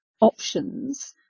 options